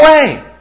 away